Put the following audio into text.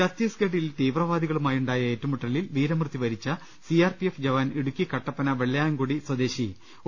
ഛത്തീസ്ഗഡിൽ തീവ്രവാദികളുമായുണ്ടായ ഏറ്റുമുട്ടലിൽ വീരമൃത്യു വരിച്ച C R P F jawan Idukki Kattappana Vellayamkudi സ്വദേശി ഒ